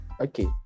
Okay